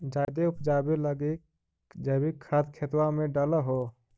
जायदे उपजाबे लगी जैवीक खाद खेतबा मे डाल हो?